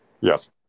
Yes